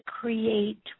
create